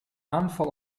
aanval